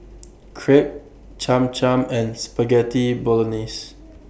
Crepe Cham Cham and Spaghetti Bolognese